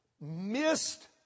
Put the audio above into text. missed